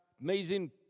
amazing